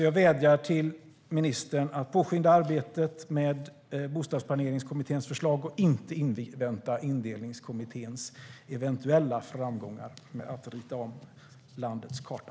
Jag vädjar därför till ministern att påskynda arbetet med Bostadsplaneringskommitténs förslag och inte invänta Indelningskommitténs eventuella framgångar med att rita om landets karta.